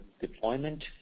deployment